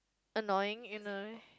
annoying in the